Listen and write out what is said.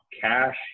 cash